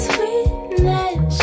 Sweetness